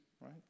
right